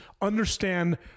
understand